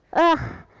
and